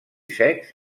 secs